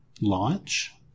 launch